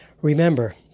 Remember